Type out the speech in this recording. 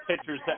pitchers